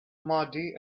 muddy